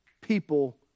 people